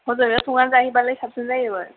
हजोंनो संना जाहैबालाय साबसिन जायोमोन